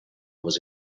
was